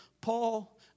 Paul